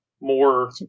more